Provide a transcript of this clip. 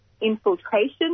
infiltration